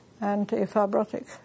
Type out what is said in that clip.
anti-fibrotic